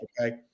okay